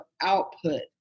output